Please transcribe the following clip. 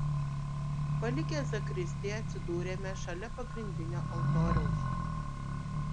palikę zakristiją atsidūrėme šalia pagrindinio altoriaus